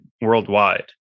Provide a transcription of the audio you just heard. worldwide